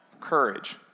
courage